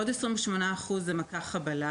עוד 28% הם מכה-חבלה,